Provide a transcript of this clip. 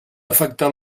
afectar